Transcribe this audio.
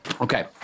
Okay